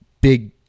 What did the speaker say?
big